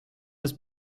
des